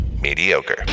mediocre